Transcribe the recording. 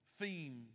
theme